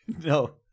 No